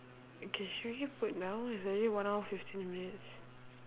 can should we put now it's already one hour fifteen minutes